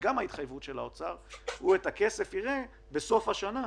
גם ההתחייבות של האוצר הוא יראה את הכסף בסוף השנה.